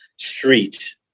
street